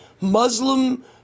Muslim